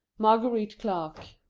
marguerite clark.